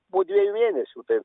po dviejų mėnesių tai